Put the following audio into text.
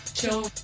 Show